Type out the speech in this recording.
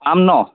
পাম ন'